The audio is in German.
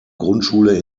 grundschule